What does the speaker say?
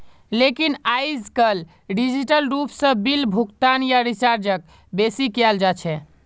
लेकिन आयेजकल डिजिटल रूप से बिल भुगतान या रीचार्जक बेसि कियाल जा छे